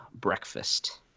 breakfast